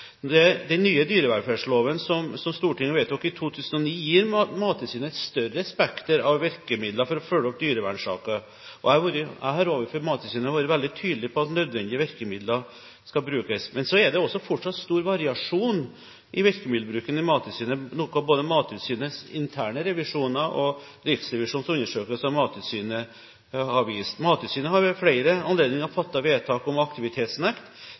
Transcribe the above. Den nye dyrevelferdsloven som Stortinget vedtok i 2009, gir Mattilsynet et større spekter av virkemidler for å følge opp dyrevernsaker. Jeg har overfor Mattilsynet vært veldig tydelig på at nødvendige virkemidler skal brukes. Men så er det også fortsatt stor variasjon i virkemiddelbruken ved Mattilsynet, noe både Mattilsynets interne revisjoner og Riksrevisjonens undersøkelser av Mattilsynet har vist. Mattilsynet har ved flere anledninger fattet vedtak om aktivitetsnekt.